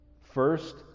First